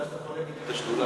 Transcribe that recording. בגלל שאתה חולק אתי את השדולה,